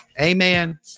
Amen